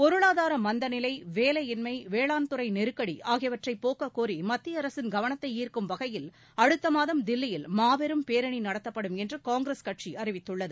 பொருளாதார மந்தநிலை வேலையின்மை வேளாண்துறை நெருக்கடி ஆகியவற்றை போக்கக் கோரி மத்திய அரசின் கவனத்தை ஈர்க்கும் வகையில் அடுத்த மாதம் தில்லியில் மாபெரும் பேரணி நடத்தப்படும் என்று காங்கிரஸ் கட்சி அறிவித்துள்ளது